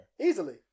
Easily